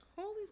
holy